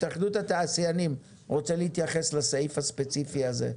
התאחדות התעשיינים רוצה להתייחס לסעיף הספציפי הזה.